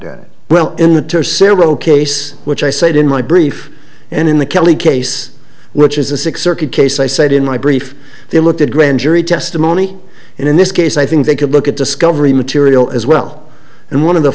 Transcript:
bad well in the terms cyril case which i said in my brief and in the kelly case which is a six circuit case i said in my brief they looked at grand jury testimony and in this case i think they could look at discovery material as well and one of the